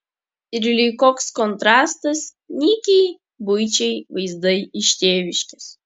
ir lyg koks kontrastas nykiai buičiai vaizdai iš tėviškės